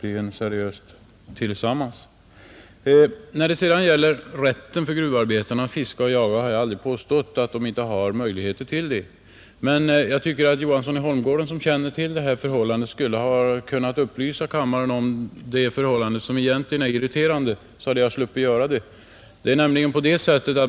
I fråga om rätten för gruvarbetarna att fiska och jaga har jag aldrig påstått att dessa inte har sådan rätt. Men jag tycker att herr Johansson i Holmgården som känner till detta borde ha kunnat upplysa kammaren om det förhållande som är irriterande — då hade jag sluppit göra det.